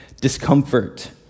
discomfort